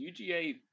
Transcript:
UGA